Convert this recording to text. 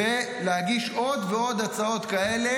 ולהגיש עוד ועוד הצעות חוק כאלה,